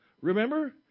Remember